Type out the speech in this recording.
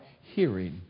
hearing